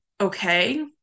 okay